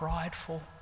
prideful